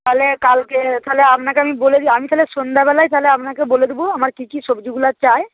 তাহলে কালকে তাহলে আপনাকে আমি বলে আমি তাহলে সন্ধ্যাবেলায় তাহলে আপনাকে বলে দেবো আমার কী কী সবজিগুলো চাই